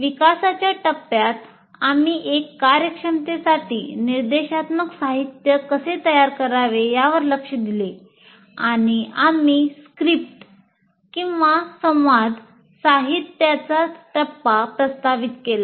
विकासाच्या टप्प्यात आम्ही एक कार्यक्षमतेसाठी निर्देशात्मक साहित्य कसे तयार करावे यावर लक्ष दिले आणि आम्ही 'हस्तलेख आणि संवाद' साहित्याचा टप्पा प्रस्तावित केला